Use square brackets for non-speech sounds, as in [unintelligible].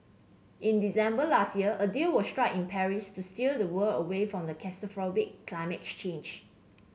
in December last year a deal was struck in Paris to steer the world away from [unintelligible] climate change